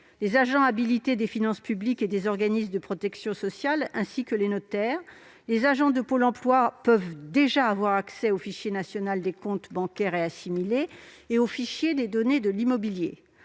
les agents habilités des finances publiques et des organismes de protection sociale, ainsi que les notaires peuvent consulter ce fichier. Les agents de Pôle emploi peuvent déjà avoir accès au fichier national des comptes bancaires et assimilés et au fichier des données de l'immobilier.